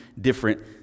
different